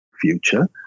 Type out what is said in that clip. future